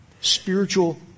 Spiritual